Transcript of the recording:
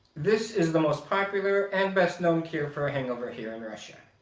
this is the most popular and best known cure for a hangover here in russia.